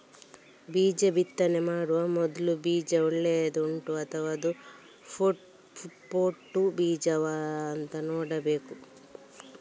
ಬೀಜ ಬಿತ್ತನೆ ಮಾಡುವ ಮೊದ್ಲು ಬೀಜ ಒಳ್ಳೆದು ಉಂಟಾ ಅಥವಾ ಅದು ಪೊಟ್ಟು ಬೀಜವಾ ಅಂತ ನೋಡ್ಬೇಕು